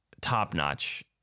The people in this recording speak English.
top-notch